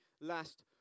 last